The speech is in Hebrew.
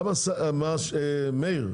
מאיר,